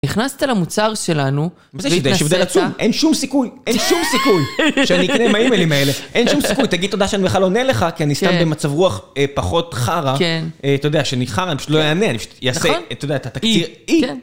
נכנסת למוצר שלנו והתנסת... מה זה יש הבדל עצום? אין שום סיכוי! אין שום סיכוי! שאני אקנה מהאיימלים האלה אין שום סיכוי! תגיד תודה שאני בכלל עונה לך כי אני סתם במצב רוח פחות חרא כן. אתה יודע, כשאני חרא אני פשוט לא אענה, אני פשוט יעשה... אתה יודע, אתה תקציר אי!